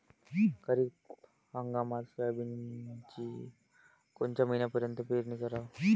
खरीप हंगामात सोयाबीनची कोनच्या महिन्यापर्यंत पेरनी कराव?